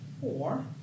Four